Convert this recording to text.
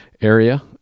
area